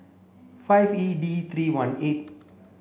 five E D three one eight